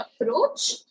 approach